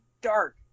dark